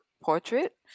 portrait